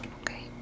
okay